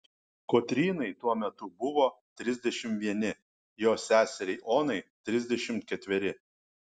kotrynai tuo metu buvo trisdešimt vieni jos seseriai onai trisdešimt ketveri